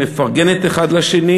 מפרגנת אחד לשני,